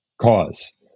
cause